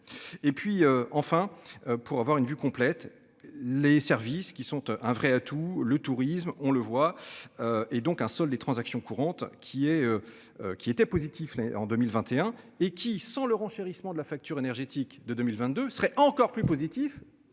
Et puis enfin pour avoir une vue complète les services qui sont un vrai atout le tourisme, on le voit. Et donc, un seul des transactions courantes qui est. Qui était positif, mais en 2021 et qui sent le renchérissement de la facture énergétique de 2022 serait encore plus positif